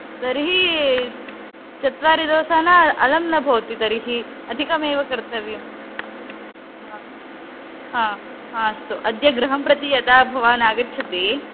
तर्हि चत्वारि दोसा न अलं न भवति तर्हि अधिकमेव कर्तव्यं हा हा अस्तु अद्य गृहं प्रति यदा आगच्छति